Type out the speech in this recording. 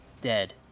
dead